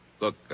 Look